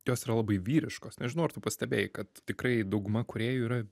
jos yra labai vyriškos nežinau ar tu pastebėjai kad tikrai dauguma kūrėjų yra